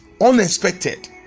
unexpected